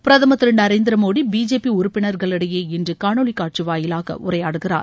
பிரதமர் திரு நரேந்திர மோடி பிஜேபி உறுப்பினர்களிடையே இன்று காணொளி கட்சி வாயிலாக உரையாடுகிறார்